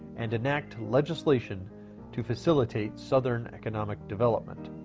and enact legislation to facilitate southern economic development.